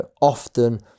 often